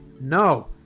No